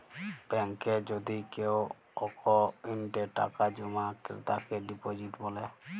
ব্যাংকে যদি কেও অক্কোউন্টে টাকা জমা ক্রেতাকে ডিপজিট ব্যলে